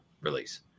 release